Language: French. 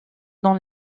dans